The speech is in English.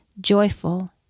joyful